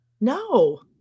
No